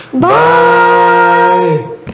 bye